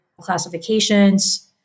classifications